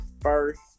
first